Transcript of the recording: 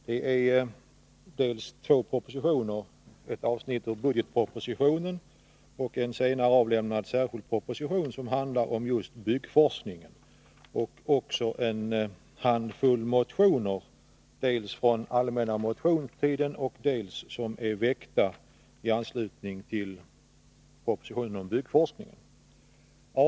Det är ett avsnitt ur budgetpropositionen och en senare avlämnad särskild proposition, som handlar om just byggforskningen, dessutom en handfull motioner dels från allmänna motionstiden, dels väckta i anslutning till propositionen om byggforskningen.